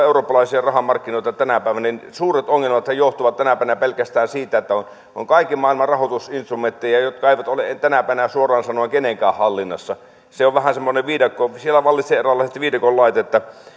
eurooppalaisia rahamarkkinoita tänä päivänä että suuret ongelmathan johtuvat tänä päivänä pelkästään siitä että on on kaiken maailman rahoitusinstrumentteja jotka eivät ole tänä päivänä suoraan sanoen kenenkään hallinnassa se on vähän semmoinen viidakko siellä vallitsevat eräänlaiset viidakon lait